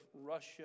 Russia